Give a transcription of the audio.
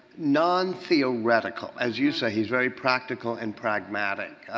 non-theoretical. as you say, he's very practical and pragmatic.